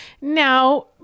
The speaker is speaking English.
now